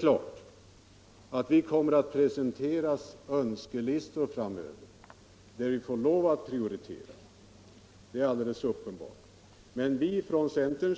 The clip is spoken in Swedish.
Självfallet kommer önskelistor att föreläggas oss framöver, där vi får lov att prioritera mellan kraven. Men vi har i centern